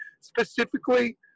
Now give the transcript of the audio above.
specifically